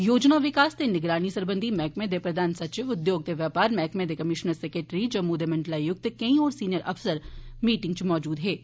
योजना विकास ते निगरानी सरबंधी मैह्कमें दे प्रधान सचिव उद्योग ते बपार मैह्कमें दे कमीश्नर सैक्ट्री जम्मू दे मंडलायुक्त ते केंई होर सीनियर अफसरें मीटिंगा च हिस्सा लैता